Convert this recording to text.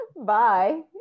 bye